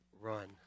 run